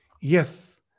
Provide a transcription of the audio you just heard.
Yes